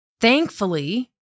Thankfully